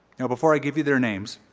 now before i give you their names,